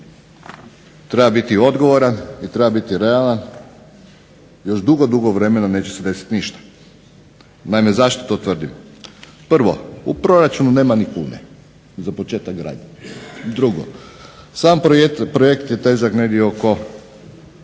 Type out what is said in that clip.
treba biti odgovoran i treba biti realan, još dugo, dugo vremena neće se desiti ništa. Naime zašto to tvrdim? Prvo, u proračunu nema ni kune za početak gradnje. Drugo, sam projekt, projekt je težak negdje oko